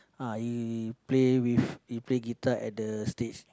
uh he play with he play guitar at the stage